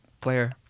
player